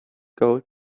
gold